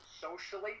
socially